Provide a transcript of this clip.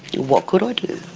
and what could i do?